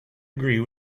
agree